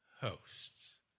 hosts